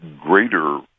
greater